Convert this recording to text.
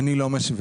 אני לא משווה.